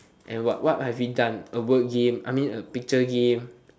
and what what have we done a word game I mean a picture game